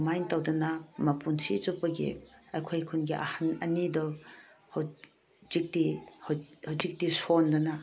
ꯁꯨꯃꯥꯏ ꯇꯧꯗꯅ ꯃꯄꯨꯟꯁꯤ ꯆꯨꯞꯄꯒꯤ ꯑꯩꯈꯣꯏ ꯈꯨꯟꯒꯤ ꯑꯍꯜ ꯑꯅꯤꯗꯣ ꯍꯧꯖꯤꯛꯇꯤ ꯁꯣꯟꯗꯅ